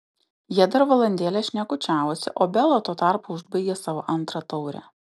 jie dar valandėlę šnekučiavosi o bela tuo tarpu užbaigė savo antrą taurę